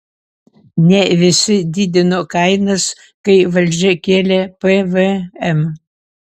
ne visi didino kainas kai valdžia kėlė pvm